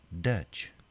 Dutch